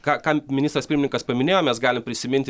ką ką ministras pirmininkas paminėjo mes galim prisiminti